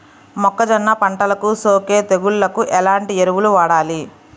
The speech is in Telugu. మొక్కజొన్న పంటలకు సోకే తెగుళ్లకు ఎలాంటి ఎరువులు వాడాలి?